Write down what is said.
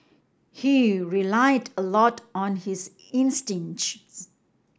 he relied a lot on his